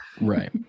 right